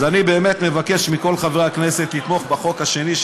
אז אני באמת מבקש מכל חברי הכנסת לתמוך בחוק השני,